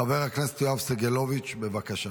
חבר הכנסת יואב סגלוביץ', בבקשה.